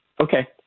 Okay